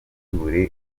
buri